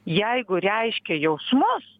jeigu reiškia jausmus